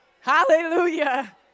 Hallelujah